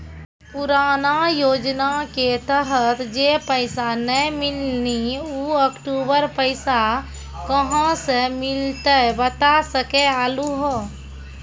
पुराना योजना के तहत जे पैसा नै मिलनी ऊ अक्टूबर पैसा कहां से मिलते बता सके आलू हो?